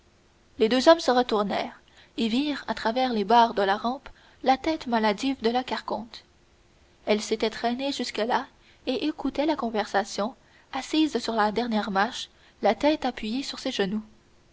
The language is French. les deux hommes se retournèrent et virent à travers les barres de la rampe la tête maladive de carconte elle s'était traînée jusque-là et écoutait la conversation assise sur la dernière marche la tête appuyée sur ses genoux